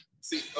See